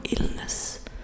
illness